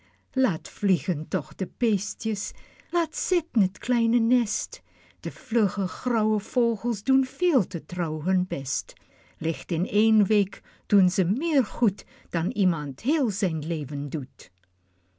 laat vliegen toch die beestjes laat zitten t kleine nest die vlugge grauwe vogels doen veel te trouw hun best licht in één week doen zij meer goed dan iemand heel zijn leven doet